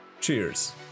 cheers